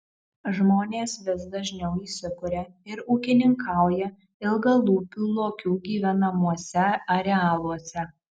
žmonės vis dažniau įsikuria ir ūkininkauja ilgalūpių lokių gyvenamuose arealuose